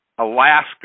Alaska